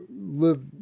live